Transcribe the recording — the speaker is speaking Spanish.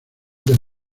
del